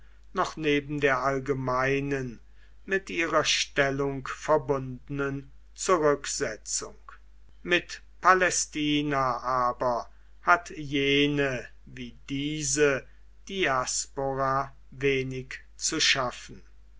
noch neben der allgemeinen mit ihrer stellung verbundenen zurücksetzung mit palästina aber hat jene wie diese diaspora wenig zu schaffen